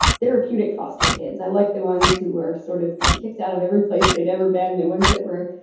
therapeutic foster kids. i like the ones who were sort of been kicked out of every place they'd ever been, the ones that were